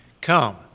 come